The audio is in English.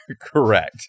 correct